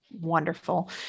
wonderful